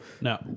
No